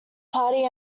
party